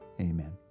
amen